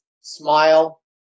smile